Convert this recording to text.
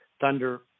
Thunder